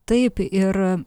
taip ir